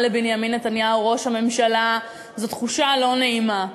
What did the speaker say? לבנימין נתניהו ראש הממשלה זאת תחושה לא נעימה,